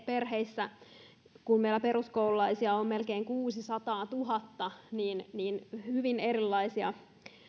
perheissä koska meillä peruskoululaisia on melkein kuusisataatuhatta niin niin hyvin erilaisia